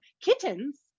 kittens